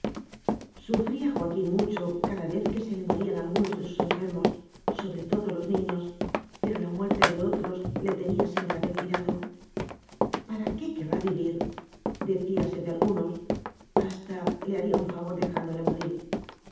sufría joaquín mucho cada vez que se le morían algunos de sus enfermos sobre todo los niños pero la muerte de otros le tenía sin grave cuidado para qué querrá vivir decíase de algunos plasta le haría un fa vor dejándole morir